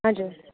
हजुर